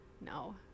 No